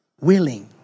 willing